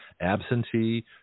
absentee